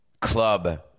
club